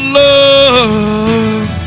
love